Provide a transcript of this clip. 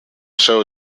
show